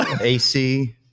AC